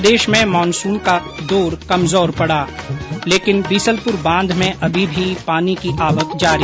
प्रदेश में मानसून का दौर कमजोर पड़ा लेकिन बिसलपुर बांध में अभी भी पानी की आवक जारी